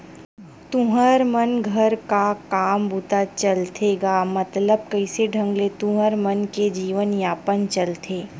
तुँहर मन घर का काम बूता चलथे गा मतलब कइसे ढंग ले तुँहर मन के जीवन यापन चलथे?